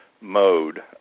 mode